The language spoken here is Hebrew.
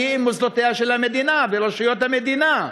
עם מוסדות המדינה ורשויות המדינה.